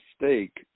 mistake